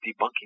debunking